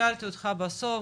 השארתי אותך בסוף,